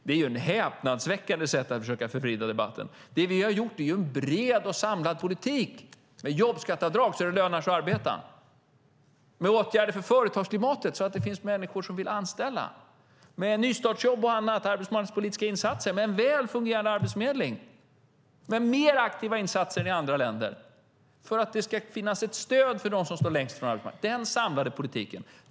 Det är ju ett häpnadsväckande sätt att försöka förvrida debatten. Vi har haft en bred och samlad politik med jobbskatteavdrag så att det lönar sig att arbeta, med åtgärder för företagsklimatet så att det lönar sig att anställa, med nystartsjobb och andra arbetsmarknadspolitiska insatser, med en väl fungerande arbetsförmedling och med mer aktiva insatser än i andra länder för att det ska finnas ett stöd för dem som står längst bort från arbetsmarknaden.